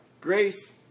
Grace